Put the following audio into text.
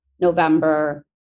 November